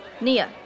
Nia